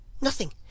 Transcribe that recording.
Nothing